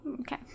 Okay